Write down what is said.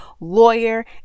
lawyer